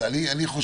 אז אני חושב